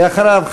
ואחריו,